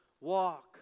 walk